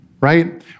right